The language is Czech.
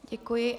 Děkuji.